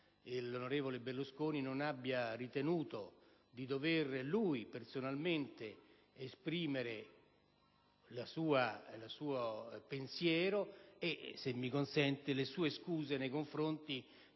l'onorevole Berlusconi, non abbia ritenuto di dover lui personalmente esprimere il suo pensiero e - se mi consente - le sue scuse nei confronti